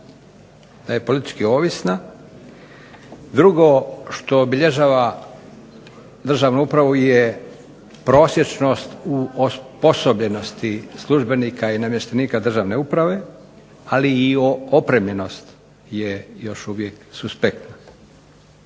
da je politički ovisna. Drugo što obilježava državnu upravu je prosječnost u osposobljenosti službenika i namještenika državne uprave, ali i opremljenost je još uvijek suspektna.